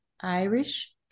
Irish